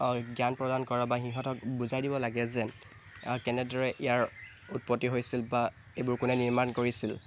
জ্ঞান প্ৰদান কৰা বা সিহঁতক বুজাই দিব লাগে যেন কেনেদৰে ইয়াৰ উৎপত্তি হৈছিল বা এইবোৰ কোনে নিৰ্মাণ কৰিছিল